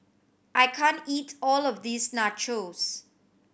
I can't eat all of this Nachos